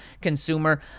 consumer